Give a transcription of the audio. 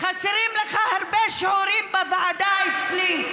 חסרים לך הרבה שיעורים בוועדה אצלי,